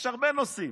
יש הרבה נושאים,